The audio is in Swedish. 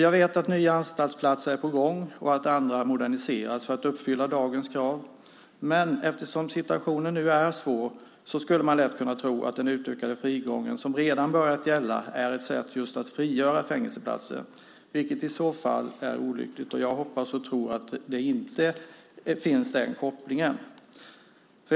Jag vet att nya anstaltsplatser är på gång och att andra moderniseras för att uppfylla dagens krav, men eftersom situationen nu är svår skulle man lätt kunna tro att den utökade frigången, som redan börjat gälla, är just ett sätt att frigöra fängelseplatser, vilket i så fall är olyckligt. Jag hoppas och tror att den kopplingen inte finns.